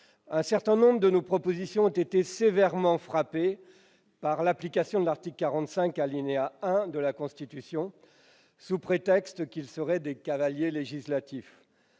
Un certain nombre de nos propositions ont été sévèrement frappées par l'application de l'article 45, alinéa 1 de la Constitution sous prétexte qu'elles seraient des cavaliers législatifs.